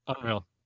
Unreal